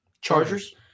Chargers